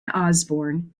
osbourne